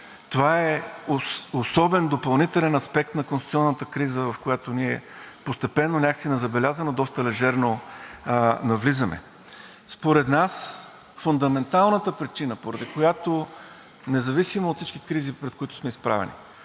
Това е особен допълнителен аспект на конституционната криза, в която ние постепенно, някак си незабелязано, доста лежерно навлизаме. Според нас фундаменталната причина, поради която независимо от всички кризи, пред които сме изправени,